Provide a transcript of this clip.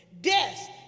Death